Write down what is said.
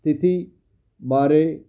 ਸਥਿਤੀ ਬਾਰੇ